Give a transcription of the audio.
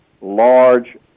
large